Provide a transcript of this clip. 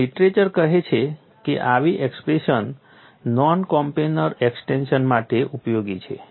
અને લીટરેચર કહે છે કે આવી એક્સપ્રેશન નોન કોપ્લેનર એક્સ્ટેંશન માટે પણ ઉપયોગી છે